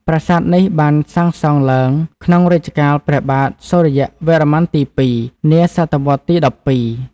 ប្រាសាទនេះបានសាងសង់ឡើង ក្នុងរជ្ជកាលព្រះបាទសុរិយវរ្ម័នទី ២ នាសតវត្សរ៍ទី១២ ។